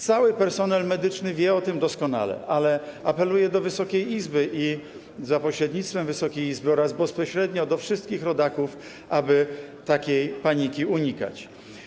Cały personel medyczny wie o tym doskonale, ale apeluję do Wysokiej Izby i za pośrednictwem Wysokiej Izby - bezpośrednio do wszystkich rodaków, aby takiej paniki unikać.